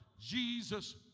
Jesus